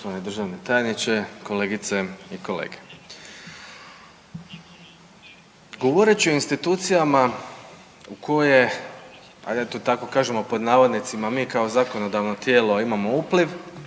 Poštovani državni tajniče, kolegice i kolege. Govoreći o institucijama u koje, ajde da to tako kažemo pod navodnicima, mi kao zakonodavno tijelo imamo upliv,